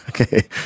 okay